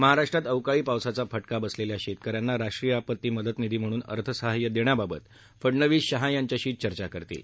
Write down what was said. महाराष्ट्रात अवकाळी पावसाचा फटका बसलेल्या शेतक यांना राष्ट्रीय आपत्ती मदत निधी म्हणून अर्थसहाय्य देण्याबाबत फडणवीस शहा यांच्याशी चर्चा करणार आहेत